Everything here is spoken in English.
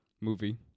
movie